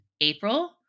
April